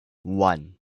one